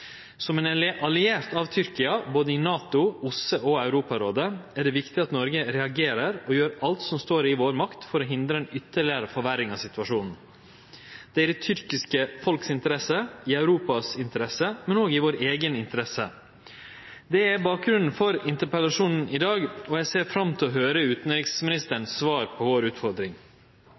Som ein alliert av Tyrkia, i både NATO, OSSE og Europarådet, er det viktig at Noreg reagerer, og at vi gjer alt som står i vår makt for å hindre ei ytterlegare forverring av situasjonen. Det er i det tyrkiske folket si interesse og i Europas interesse, men òg i vår eiga interesse. Det er bakgrunnen for interpellasjonen i dag, og eg ser fram til å høyre utanriksministeren sitt svar på utfordringa vår.